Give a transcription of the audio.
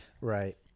Right